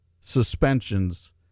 suspensions